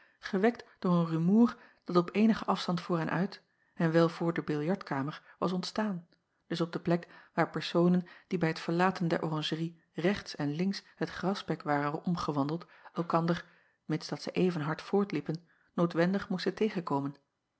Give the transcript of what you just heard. gewekt door een rumoer dat op eenigen afstand voor hen uit en wel voor de biljartkamer was ontstaan dus op de plek waar personen die bij t verlaten der oranjerie rechts en links het grasperk waren omgewandeld elkander mids dat zij even hard voortliepen noodwendig moesten tegenkomen